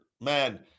man